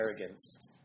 arrogance